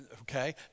Okay